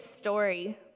story